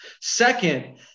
Second